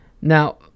Now